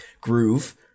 groove